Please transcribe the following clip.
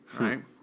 Right